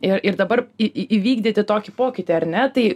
ir ir dabar į į įvykdyti tokį pokytį ar ne tai